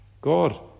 God